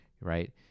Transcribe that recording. right